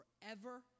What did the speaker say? forever